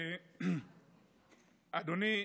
אדוני,